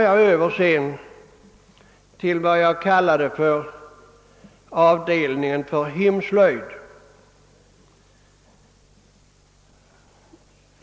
Jag övergår nu till vad jag kallar avdelningen för hemslöjd.